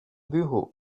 bureau